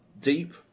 deep